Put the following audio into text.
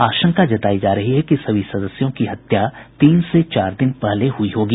आशंका जतायी जा रही है कि सभी सदस्यों की हत्या तीन से चार दिन पहले हुई होगी